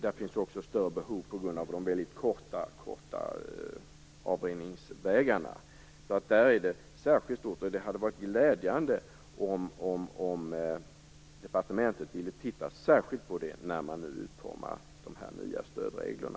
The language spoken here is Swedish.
Där är behovet också större på grund av de väldigt korta avrinningsvägarna. Det vore glädjande om departementet ville titta särskilt på detta när man nu utformar de nya stödreglerna.